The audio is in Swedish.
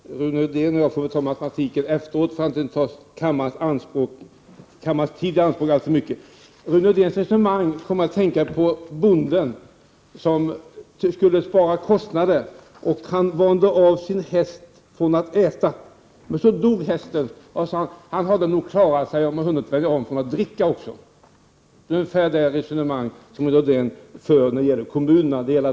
Herr talman! Rune Rydén och jag får ta itu med matematiken efter 6 juni 1989 debatten — detta för att inte ta alltför mycket av kammarens tid i anspråk. Rune Rydéns resonemang får mig att tänka på bonden som skulle dra ned på kostnaderna. Han vande sin häst vid att inte äta. Men hästen dog och då sade bonden: Han hade nog klarat sig om han hade vant sig vid att inte heller dricka. När det gäller kommunerna för Rune Rydén ungefär samma resonemang som bonden.